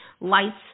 lights